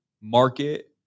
market